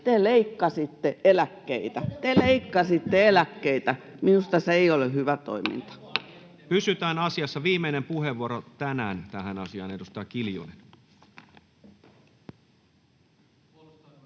Urpilainen teki sen!] Minusta se ei ole hyvää toimintaa. Pysytään asiassa. — Viimeinen puheenvuoro tänään tähän asiaan, edustaja Kiljunen.